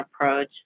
approach